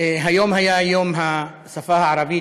היום היה יום השפה הערבית,